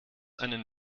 einen